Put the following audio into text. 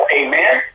amen